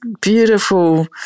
beautiful